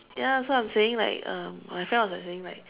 ya so I'm saying like um my friend was like saying like